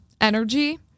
energy